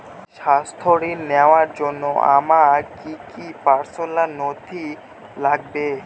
স্বাস্থ্য ঋণ নেওয়ার জন্য আমার কি কি পার্সোনাল নথি লাগবে?